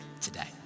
today